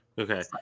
Okay